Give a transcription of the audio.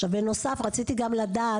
עכשיו בנוסף רציתי גם לדעת,